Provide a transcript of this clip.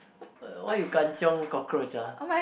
why you Kan-Chiong cockroach ah